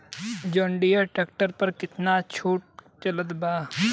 जंडियर tractor पर कितना के छूट चलत बा?